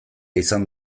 izan